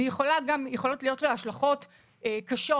ויכולות להיות לה השלכות קשות,